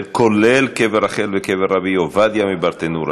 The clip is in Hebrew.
כולל קבר רחל וקבר רבי עובדיה מברטנורא,